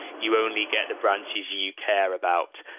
you only get the branches you care about,